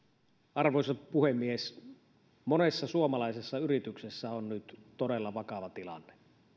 arvoisa puhemies monessa suomalaisessa yrityksessä on nyt todella vakava tilanne